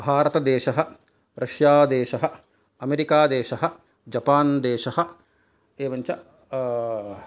भारतदेशः रष्यादेशः अमेरिकादेशः जपान् देशः एवञ्च